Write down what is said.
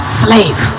slave